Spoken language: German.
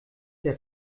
der